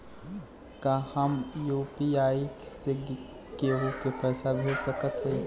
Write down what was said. का हम यू.पी.आई से केहू के पैसा भेज सकत हई?